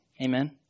Amen